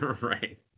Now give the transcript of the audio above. Right